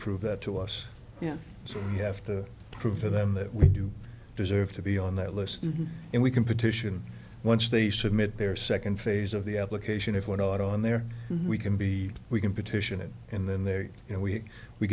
prove that to us you know so you have to prove to them that we do deserve to be on that list and we can petition once they submit their second phase of the application if we're not on there we can be we can petition it and then they're you know we we